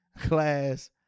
class